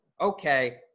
okay